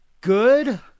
good